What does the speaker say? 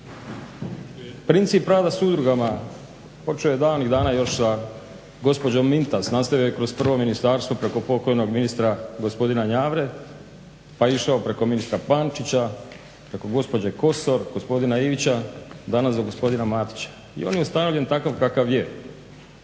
Princip rada s udrugama počeo je davnih dana još sa gospođom Mintas, nastavio je kroz prvo ministarstvo preko pokojnog ministra gospodina Njavre pa je išao preko ministra Pančića, preko gospođe Kosor, gospodina Ivića danas do gospodina Matića. I on je ostavljen takav kakav je.